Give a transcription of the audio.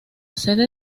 sede